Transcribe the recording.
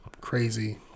crazy